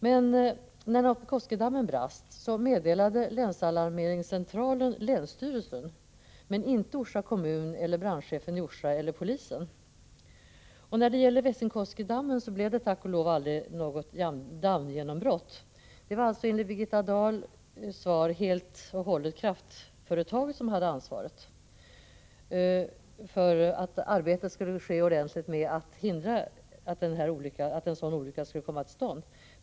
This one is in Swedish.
Men när Noppikoskidammen brast meddelade länsalarmeringscentralen länsstyrelsen, men inte Orsa kommun eller brandchefen i Orsa eller polisen. När det gäller Vässinkoskidammen blev det tack och lov aldrig något dammgenombrott. Det var alltså enligt Birgitta Dahls svar helt och hållet kraftföretaget som hade ansvaret för arbetet med att hindra att en sådan olycka skulle inträffa.